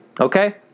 Okay